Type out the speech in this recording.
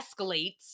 escalates